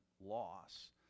loss